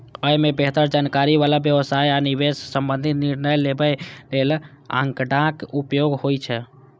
अय मे बेहतर जानकारी बला व्यवसाय आ निवेश संबंधी निर्णय लेबय लेल आंकड़ाक उपयोग होइ छै